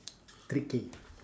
tricky